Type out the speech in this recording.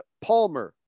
Palmer